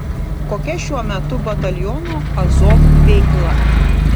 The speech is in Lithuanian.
kokia šiuo metu bataliono azov veikla